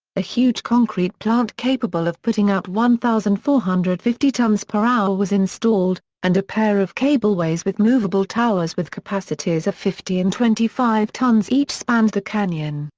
a huge concrete plant capable of putting out one thousand four hundred and fifty tons per hour was installed, and a pair of cableways with movable towers with capacities of fifty and twenty five tons each spanned the canyon,